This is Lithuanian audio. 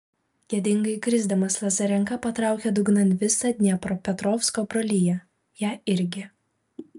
gėdingai krisdamas lazarenka patraukė dugnan visą dniepropetrovsko broliją ją irgi